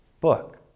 book